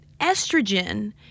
estrogen